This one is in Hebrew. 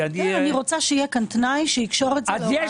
אני רוצה שיהיה כאן תנאי שיקשור את זה להוראת קבע.